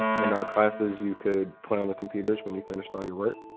in our classes, you could play on the computers when you finished all your work.